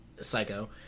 psycho